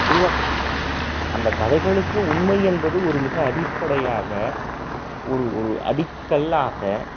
உருவாக்கப்படுகிறது அந்த கதைகளுக்கு உண்மை என்பது ஒரு மிக அடிப்படையாக ஒரு ஒரு அடிக்கல்லாக